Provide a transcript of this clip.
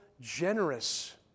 generous